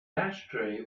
ashtray